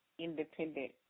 independent